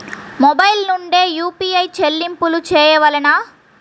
Mobile నుండే UPI చెల్లింపులు చేయవలెనా?